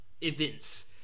events